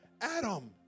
Adam